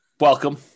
Welcome